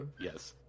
Yes